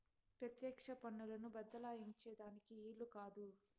పెత్యెక్ష పన్నులను బద్దలాయించే దానికి ఈలు కాదు